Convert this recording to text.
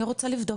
אני רוצה לבדוק,